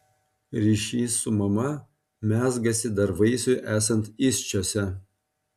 ryšys su mama mezgasi dar vaisiui esant įsčiose